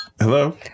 Hello